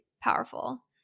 powerful